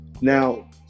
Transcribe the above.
Now